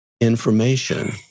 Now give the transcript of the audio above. information